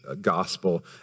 gospel